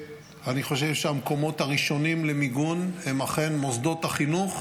אני חושב שהמקומות הראשונים למיגון הם אכן מוסדות החינוך,